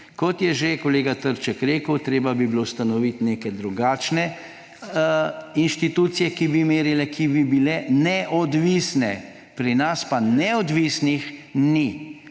Kot je že kolega Trček rekel, treba bi bilo ustanoviti neke drugačne inštitucije, ki bi merile, ki bi bile neodvisne, pri nas pa neodvisnih ni.